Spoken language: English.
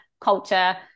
culture